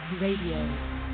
Radio